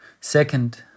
Second